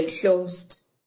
closed